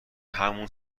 همون